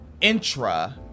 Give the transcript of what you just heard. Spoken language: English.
intra